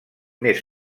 més